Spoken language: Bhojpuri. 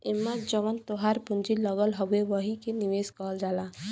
एम्मे जवन तोहार पूँजी लगल हउवे वही के निवेश कहल जाला